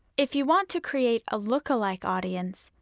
if you want to create ah lookalike audience,